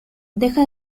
deja